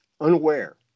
Unaware